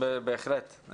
צודקת בהחלט.